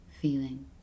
feeling